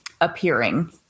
appearing